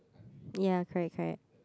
ya correct correct